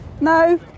no